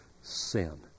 sin